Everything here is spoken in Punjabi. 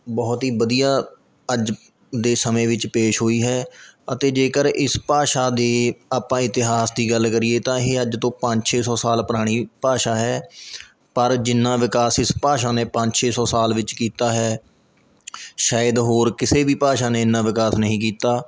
ਬਹੁਤ ਹੀ ਵਧੀਆ ਅੱਜ ਦੇ ਸਮੇਂ ਵਿੱਚ ਪੇਸ਼ ਹੋਈ ਹੈ ਅਤੇ ਜੇਕਰ ਇਸ ਭਾਸ਼ਾ ਦੇ ਆਪਾਂ ਇਤਿਹਾਸ ਦੀ ਗੱਲ ਕਰੀਏ ਤਾਂ ਇਹ ਅੱਜ ਤੋਂ ਪੰਜ ਛੇ ਸੌ ਸਾਲ ਪੁਰਾਣੀ ਭਾਸ਼ਾ ਹੈ ਪਰ ਜਿੰਨਾ ਵਿਕਾਸ ਇਸ ਭਾਸ਼ਾ ਨੇ ਪੰਜ ਛੇ ਸੌ ਸਾਲ ਵਿੱਚ ਕੀਤਾ ਹੈ ਸ਼ਾਇਦ ਹੋਰ ਕਿਸੇ ਵੀ ਭਾਸ਼ਾ ਨੇ ਇੰਨਾ ਵਿਕਾਸ ਨਹੀਂ ਕੀਤਾ